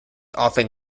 often